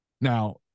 Now